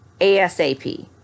ASAP